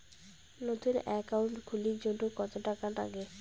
নতুন একাউন্ট খুলির জন্যে কত টাকা নাগে?